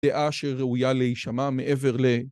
דעה שראויה להישמע מעבר ל...